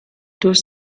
durch